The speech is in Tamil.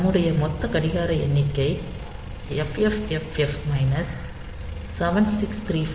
ந்ம்முடைய மொத்த கடிகார எண்ணிக்கை FFFF 7634 1